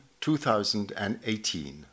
2018